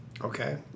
Okay